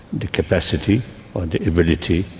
the capacity, or the ability,